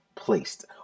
placed